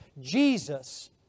Jesus